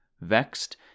vexed